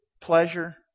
pleasure